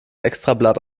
extrablatt